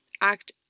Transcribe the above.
Act